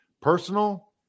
personal